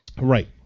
Right